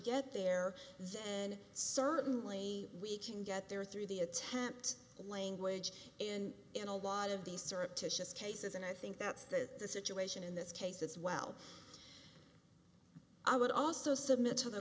get there and certainly we can get there through the attempt language and in a lot of these surreptitious cases and i think that's the situation in this case as well i would also submit to the